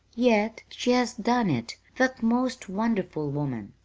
yet she has done it that most wonderful woman.